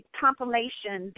compilation